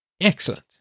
Excellent